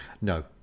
No